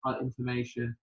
information